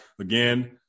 again